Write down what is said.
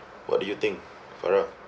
what do you think farrah